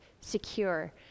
secure